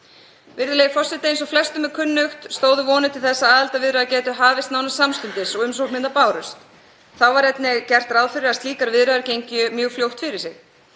Virðulegur forseti. Eins og flestum er kunnugt stóðu vonir til þess að aðildarviðræður gætu hafist nánast samstundis og umsóknirnar bárust. Þá var einnig gert ráð fyrir að slíkar viðræður gengju mjög fljótt fyrir sig.